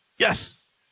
Yes